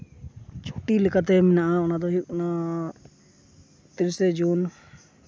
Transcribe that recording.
ᱪᱷᱩᱴᱤ ᱞᱮᱠᱟᱛᱮ ᱢᱮᱱᱟᱜᱼᱟ ᱚᱱᱟᱫᱚ ᱦᱩᱭᱩᱜ ᱠᱟᱱᱟ ᱛᱤᱨᱤᱥᱮᱭ ᱡᱩᱱ